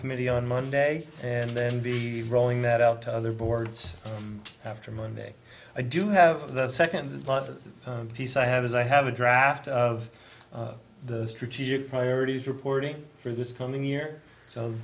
committee on monday and then be rolling that out to other boards after monday i do have the second but the piece i have is i have a draft of the strategic priorities reporting for this coming year so